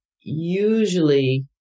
usually